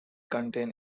contain